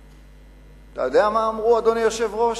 אתה יודע מה אמרו, אדוני היושב-ראש?